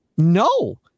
No